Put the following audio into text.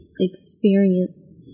experience